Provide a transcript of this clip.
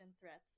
threats